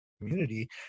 community